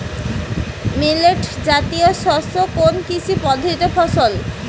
Millet জাতীয় শস্য কোন কৃষি পদ্ধতির ফসল?